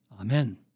Amen